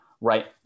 right